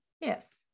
Yes